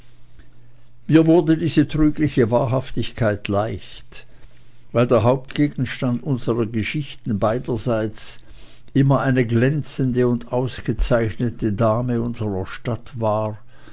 mir wurde diese trügliche wahrhaftigkeit leicht weil der hauptgegenstand unserer geschichten beiderseits immer eine glänzende und ausgezeichnete dame unserer stadt war